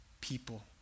people